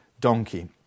donkey